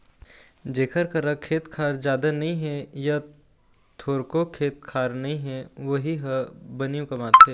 जेखर करा खेत खार जादा नइ हे य थोरको खेत खार नइ हे वोही ह बनी कमाथे